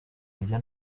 ibyo